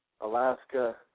Alaska